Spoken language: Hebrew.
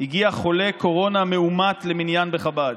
הגיע חולה קורונה מאומת למניין בחב"ד.